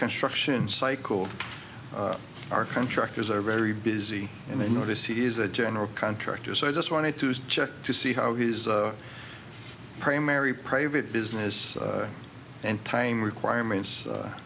construction cycle our contractors are very busy and i notice he is a general contractor so i just wanted to check to see how his primary private business and time requirements